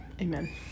Amen